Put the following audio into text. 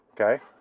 okay